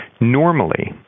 Normally